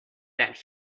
that